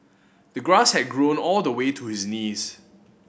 the grass had grown all the way to his knees